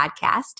podcast